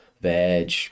veg